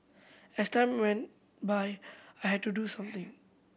as time went by I had to do something